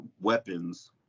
weapons